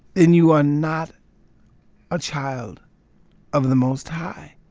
then you are not a child of the most high.